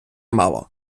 мало